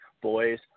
boys